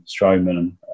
Strowman